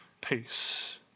peace